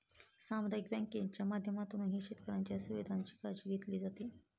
सामुदायिक बँकांच्या माध्यमातूनही शेतकऱ्यांच्या सुविधांची काळजी घेतली जाते